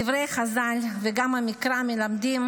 דברי חז"ל וגם המקרא מלמדים